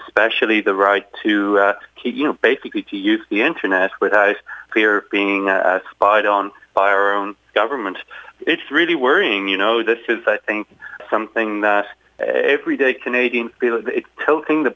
especially the right to keep you know basically to use the internet without a clear being spied on by our own government it's really worrying you know this is i think something every day canadian t